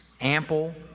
ample